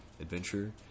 adventure